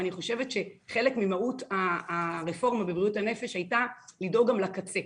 ואני חושבת שחלק ממהות הרפורמה בבריאות הנפש הייתה לדאוג גם לקצה.